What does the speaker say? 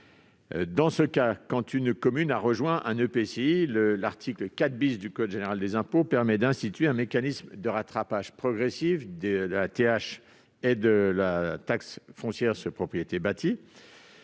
Dans ce cas, quand une commune a rejoint un EPCI, le code général des impôts permet d'instituer un mécanisme de rattrapage progressif de la taxe d'habitation et de la taxe foncière sur les propriétés bâties.